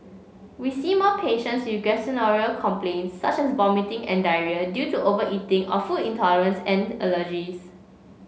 we see more patients you gastrointestinal complaints such as vomiting and diarrhoea due to overeating or food intolerance and allergies